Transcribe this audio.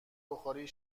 بخاری